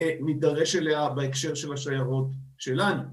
‫נידרש אליה בהקשר של השיירות שלנו.